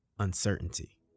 Uncertainty